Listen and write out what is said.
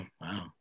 wow